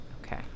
Okay